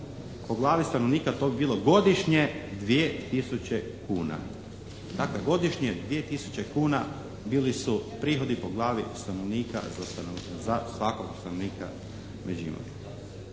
po glavi stanovnika to bi bilo godišnje 2 tisuće kuna. Dakle, godišnje 2 tisuće kuna bili su prihodi po glavi stanovnika za svakog stanovnika Međimurja.